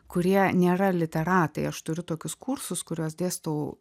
kurie nėra literatai aš turiu tokius kursus kuriuos dėstau